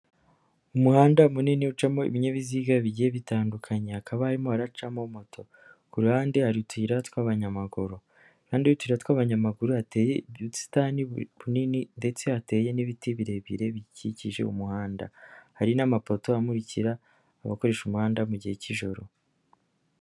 Umuhanda munini ucamo ibinyabiziga bigiye bitandukanye, hakaba harimo haracamo moto, ku ruhande hari utuyira tw'abanyamaguru, iruhande rw'utuyira tw'abanyamaguru hateye ubusitani bunini, ndetse hateye n'ibiti birebire bikikije umuhanda, hari n'amapoto amurikira abakoresha umuhanda mu gihe cy'ijoro.